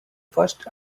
first